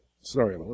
sorry